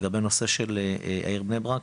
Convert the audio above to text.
לגבי הנושא של העיר בני ברק,